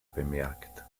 bemerkt